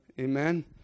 amen